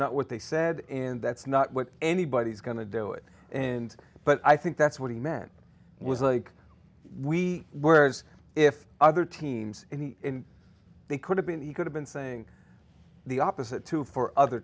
not what they said and that's not what anybody's going to do it and but i think that's what he meant was like we were as if other teams they could have been he could have been saying the opposite to for other